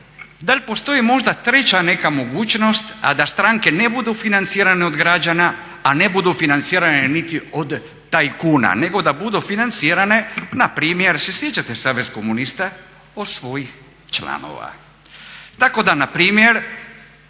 da li postoji možda treća neka mogućnost a da stranke ne budu financirane od građana a ne budu financiranje niti od tajkuna, nego da budu financirane npr. sjećate se saveza komunista, od svojih članova. Tako da npr.